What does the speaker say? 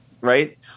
right